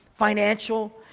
Financial